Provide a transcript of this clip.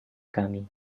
kami